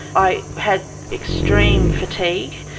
i had extreme fatigue,